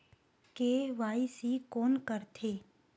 KYC कोन करथे?